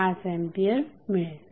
5 ampere मिळेल